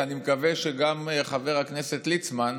אני מקווה שגם חבר הכנסת ליצמן,